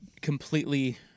completely